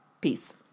Peace